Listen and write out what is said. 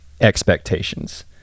expectations